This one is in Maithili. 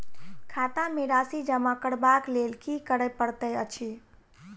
खाता मे राशि जमा करबाक लेल की करै पड़तै अछि?